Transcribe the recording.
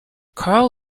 carl